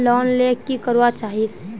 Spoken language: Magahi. लोन ले की करवा चाहीस?